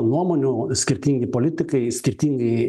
nuomonių skirtingi politikai skirtingai